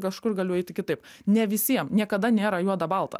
kažkur galiu eiti kitaip ne visiem niekada nėra juoda balta